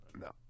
No